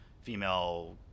female